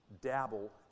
dabble